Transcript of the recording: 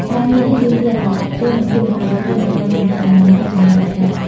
ការងារ នេះទាមទារអនាម័យខ្ពស់ និងភាពរហ័សរហួនដើម្បីធានាអនាម័យចំណីអាហារ។